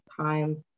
times